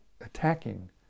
attacking